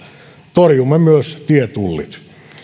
torjumme myös tietullit